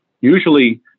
usually